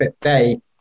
day